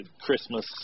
Christmas